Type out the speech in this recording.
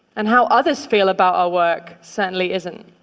and how others feel about our work certainly isn't.